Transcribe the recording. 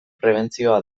prebentzioa